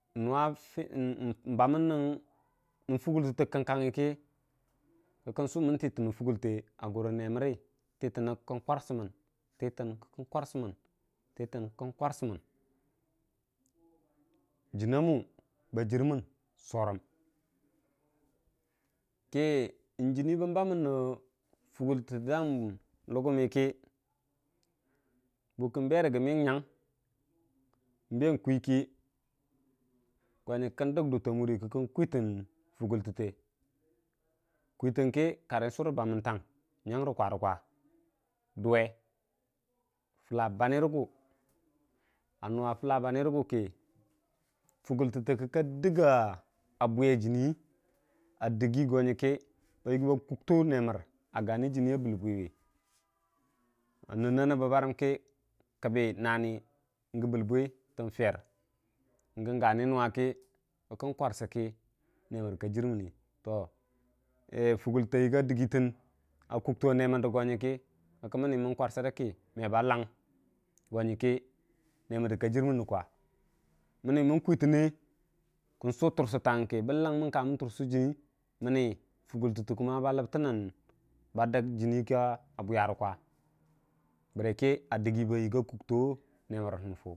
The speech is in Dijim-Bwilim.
n'nuwa fəni n'bamən nən fugultəttə kəng kangngikə kən sʊ mən tətən fugulte gurə nemərəə ntəuən kə kən kwarsəmən tətən kə kən kwarsəmən jənna mu ba jərmən sorəm kə jənni bən re fugultətə dang lugummə kə kutən kə karən surə bamən tang re kwarə kwa duwe fəlla banə rəgu fugulte dəggitən abuu nən na nəbbə barəm kə kəbbi bə bill bwi a nani tən ferr n'gani nuwa kə kən kwarsə kə nemər ka jərmənni fugulte yigga dəggi tən go nyəng kə tə kwarsə kə me ba lang nemərdə ka jərmən rə kwa, məni mən kuutənne kən su tursətang kə bən lang mən kamən tursə re me ba jərmən rə kwa a dəggiba yigga kukto neməren fu.